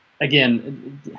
Again